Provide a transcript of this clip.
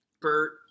Bert